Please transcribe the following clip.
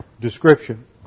description